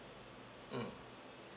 mm